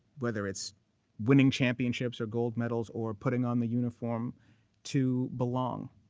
whether it's winning championships or gold medals or putting on the uniform to belong.